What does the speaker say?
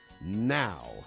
now